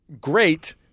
great